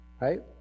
right